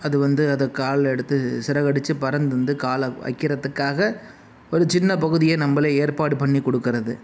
அது வந்து அதை கால் எடுத்து சிறகடிச்சு பறந்து வந்து காலை வைக்கிறத்துக்காக ஒரு சின்ன பகுதியை நம்பளே ஏற்பாடு பண்ணி கொடுக்கறது